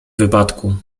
wypadku